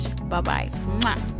Bye-bye